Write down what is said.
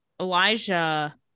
Elijah